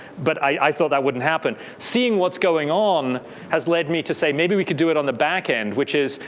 but i thought that wouldn't happen. seeing what's going on has led me to say, maybe we could do it on the back end. which is,